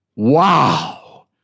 Wow